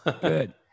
Good